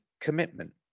commitment